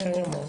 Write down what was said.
בסדר גמור.